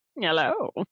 Hello